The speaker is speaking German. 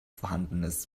vorhandenes